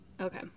okay